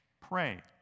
pray